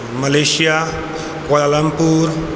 Malaysia Kuala Lumpur